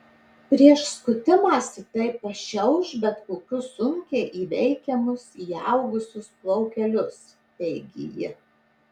prieš skutimąsi tai pašiauš bet kokius sunkiai įveikiamus įaugusius plaukelius teigė ji